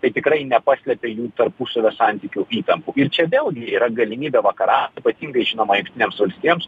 tai tikrai nepaslepia jų tarpusavio santykių įtampų ir čia vėlgi yra galimybė vakaram ypatingai žinoma jungtinėms valstijoms